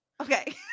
okay